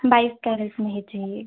बाइस कैरेट में ही चाहिए